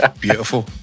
Beautiful